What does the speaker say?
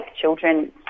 children